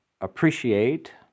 appreciate